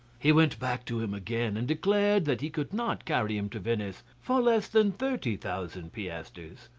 he went back to him again, and declared that he could not carry him to venice for less than thirty thousand piastres.